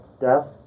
death